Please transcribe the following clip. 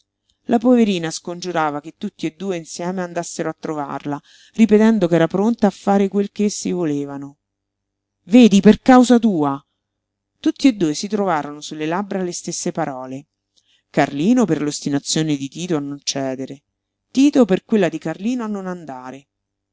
la poverina scongiurava che tutti e due insieme andassero a trovarla ripetendo ch'era pronta a fare quel che essi volevano vedi per causa tua tutti e due si trovarono sulle labbra le stesse parole carlino per l'ostinazione di tito a non cedere tito per quella di carlino a non andare